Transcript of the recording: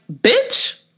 bitch